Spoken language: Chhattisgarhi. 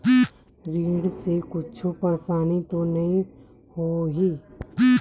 ऋण से कुछु परेशानी तो नहीं होही?